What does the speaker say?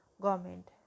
government